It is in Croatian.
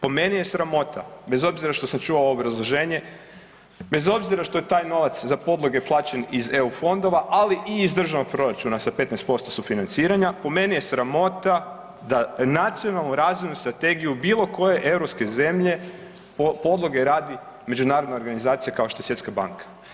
Po meni je sramota bez obzira što sam čuo ovo obrazloženje, bez obzira što je taj novac za podloge plaćen iz EU fondova, ali i iz državnog proračuna sa 15% sufinanciranja, po meni je sramota da nacionalnu razvojnu strategiju bilo koje europske zemlje podloge radi međunarodna organizacija kao što je Svjetska banka.